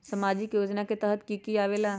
समाजिक योजना के तहद कि की आवे ला?